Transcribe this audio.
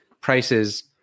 prices